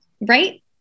Right